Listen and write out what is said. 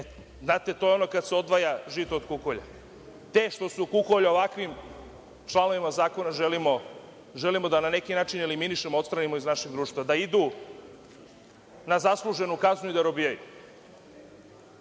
Znate, to je ono kada se odvaja žito od kukolja. Te što su kukolj, ovakvim članovima zakona želimo da na neki način eliminišemo, odstranimo iz našeg društva, da idu na zasluženu kaznu i da robijaju. Samim